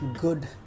good